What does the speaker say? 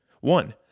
One